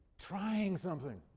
trying something,